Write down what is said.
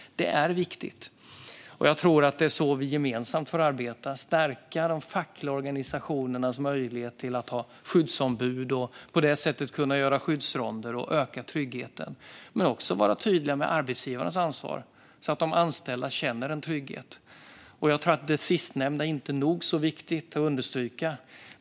Det är viktigt. Jag tror att vi får arbeta gemensamt, genom att stärka de fackliga organisationernas möjlighet att ha skyddsombud och på det sättet kunna göra skyddsronder och öka tryggheten. Men vi ska också vara tydliga med arbetsgivarens ansvar så att de anställda känner trygghet. Jag tror att det sistnämnda är inte nog så viktigt att understryka.